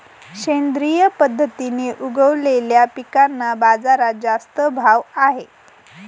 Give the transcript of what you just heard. सेंद्रिय पद्धतीने उगवलेल्या पिकांना बाजारात जास्त भाव आहे